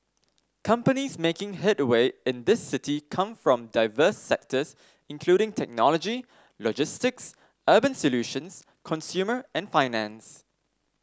companies making headway in this city come from diverse sectors including technology logistics urban solutions consumer and finance